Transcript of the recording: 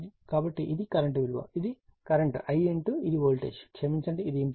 కాబట్టి ఇది కరెంట్ విలువ ఇది కరెంట్ I ఇది వోల్టేజ్ క్షమించండి ఇది ఇంపెడెన్స్ విలువ 2j10 Ω